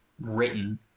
written